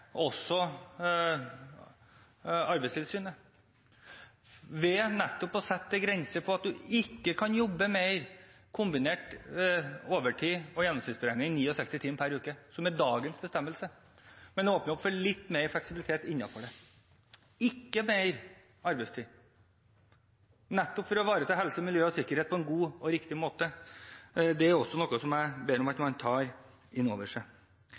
også lyttet til Arbeidstilsynet, ved nettopp å sette en grense på at man ikke kan jobbe mer kombinert overtid og gjennomsnittsberegning enn 69 timer per uke – som er dagens bestemmelse – men åpne for litt mer fleksibilitet innenfor dette. Ikke mer arbeidstid, nettopp for å ivareta helse, miljø og sikkerhet på en god og riktig måte – det er også noe jeg ber om at man tar inn over seg.